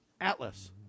Atlas